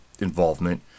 involvement